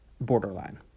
borderline